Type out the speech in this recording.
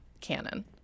canon